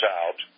out